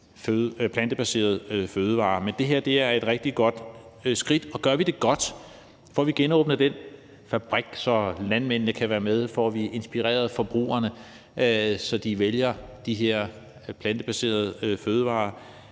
plantebaserede fødevarer. Men det her er et rigtig godt skridt. Og gør vi det godt, får vi genåbnet den fabrik, så landmændene kan være med, og får vi inspireret forbrugerne, så de vælger de her plantebaserede fødevarer,